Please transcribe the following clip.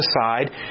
aside